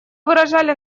выражали